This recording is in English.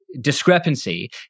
discrepancy